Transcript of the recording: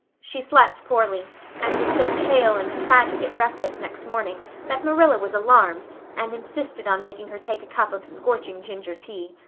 she slept poorly and was so pale and tragic at breakfast next morning that marilla was alarmed and insisted on making her take a cup of scorching ginger tea.